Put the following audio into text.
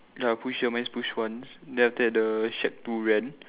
ya push here mine is push once then after that the shack to rent